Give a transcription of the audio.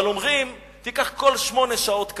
אבל אומרים: תיקח כל שמונה שעות כדור,